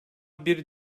bir